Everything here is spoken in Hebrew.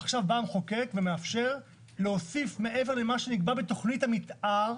עכשיו בא המחוקק ומאפשר מעבר להוסיף מעבר למה שנקבע בתכנית המתאר